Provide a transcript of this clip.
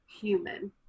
human